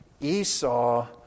Esau